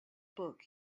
book